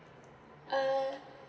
uh